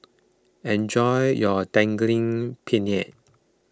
enjoy your Daging Penyet